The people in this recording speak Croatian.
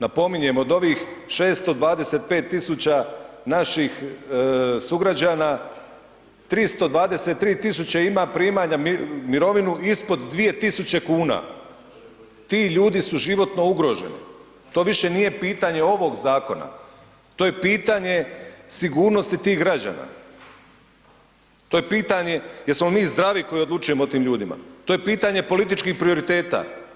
Napominjem od ovih 625.000 naših sugrađana 323.000 ima primanja mirovine ispod 2.000 kuna, ti ljudi su životno ugroženi, to više nije pitanje ovog zakona, to je pitanje sigurnosti tih građana, to je pitanje jesmo li mi zdravi koji odlučujemo o tim ljutima, to je pitanje političkih prioriteta.